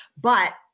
but-